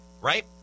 right